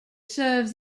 serve